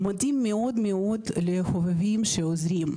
מודים מאוד לאנשים שעוזרים,